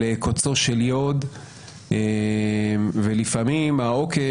על קוצו של יו"ד ולפעמים העוקץ,